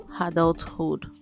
adulthood